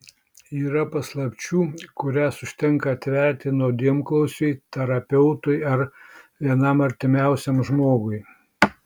yra paslapčių kurias užtenka atverti nuodėmklausiui terapeutui ar vienam artimiausiam žmogui